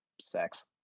sex